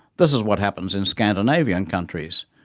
this is what happens in scandinavian countries,